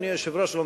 אדוני היושב-ראש,